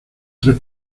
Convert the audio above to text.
tres